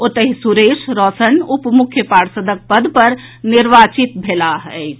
ओतहि सुरेश रौशन उप मुख्य पार्षदक पद पर निर्वाचित भेलाह अछि